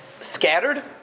scattered